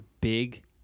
big –